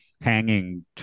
hanging